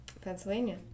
Pennsylvania